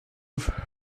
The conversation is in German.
auf